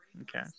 Okay